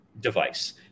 device